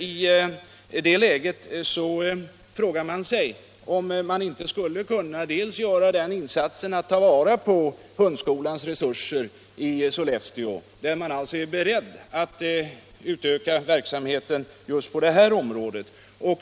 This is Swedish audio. I det läget frågar jag mig om man inte skulle kunna ta vara på resurserna vid hundskolan i Sollefteå, där man alltså är beredd att utöka verksamheten på detta område.